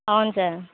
అవును సార్